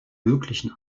möglichen